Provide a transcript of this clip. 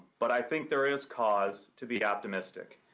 but i think there is cause to be optimistic.